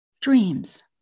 dreams